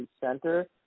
Center